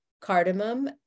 cardamom